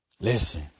Listen